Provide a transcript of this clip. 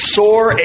sore